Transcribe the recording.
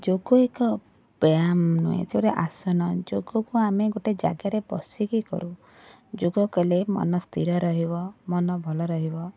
ଯୋଗ ଏକ ବ୍ୟାୟାମ ନୁହେଁ ସେ ଗୋଟେ ଆସନ ଯୋଗକୁ ଆମେ ଗୋଟେ ଜାଗାରେ ବସିକି କରୁ ଯୋଗ କଲେ ମନ ସ୍ଥିର ରହିବ ମନ ଭଲ ରହିବ